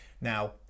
Now